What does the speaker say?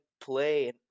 play